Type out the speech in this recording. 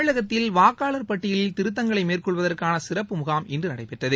தமிழகத்தில் வாக்காளர் பட்டியலில் திருத்தங்களை மேற்கொள்வதற்கான சிறப்பு முகாம் இன்று நடைபெற்றது